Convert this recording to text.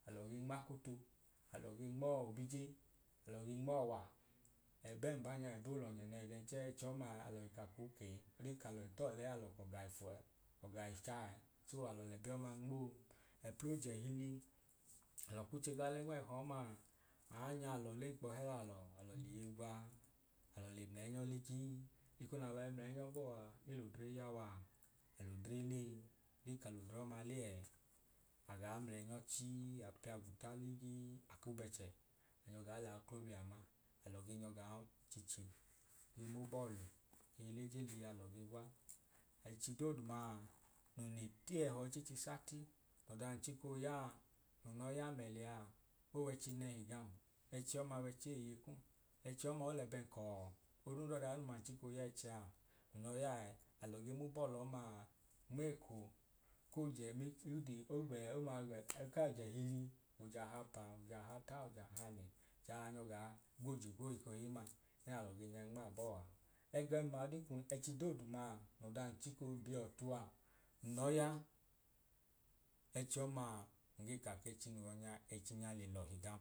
Alọ ge nm’akoto alọ ge nm’ọọ obije alọ ge nm’ọwa, ẹbẹn banya eboo lọnyẹ nẹhi nẹ then chẹẹ ẹchi ọma alọi ka ko kee alọi tọlẹ alọ kọ ga ifu ẹẹ ọga ichaẹẹ so alọ lẹbẹ ọma nmoo ẹpl’ojẹhili alọ kuche ga lẹ nm’eho ọọma aanyaalọ lenkpọ hẹ lalọ alọ liye gwa alọ le mlẹnyọ ligii eko nalọi mlẹnyọ bọọ aa el’odre ya waa al’odre lee ọdin ka l’odre ọma le ẹẹ agaa mlẹnyọ chii ai pia guta ligii aku bẹchẹ anyọ gaa la aoklobia ma. Alọ ge nyọ gaa chiche ge m’ubọlu alọ kei leje liyalọ ge gwa, ẹchi dodu maa nun le tẹẹho ichichi sati ọdan chiko yaa nun lọ ya mẹ lẹyaa ow’ẹchi nẹhi gam ẹchi ọma w’ẹchi eeye kum ẹchi ọma olẹbẹn kọọ odundọdadooduma nun chiko ya ẹchi a n lọ ya ẹẹ. Alọ ge m’ubọlu ọmaa nmeko k’oje… k’ojehili ojahapa, ojahata ojahanẹ jaa nyọ gaa gb’ojigwo ekohimma ẹnalo ge nyẹ nm’abọọ a. ẹgo ma le m ẹchi doodu maa nọ ọdan chiko bi ọtua nnọ ya ẹchi ọmaa ngee ka k’ẹchi no yọ nyaa ẹchi nya le lọhi gam